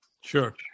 Sure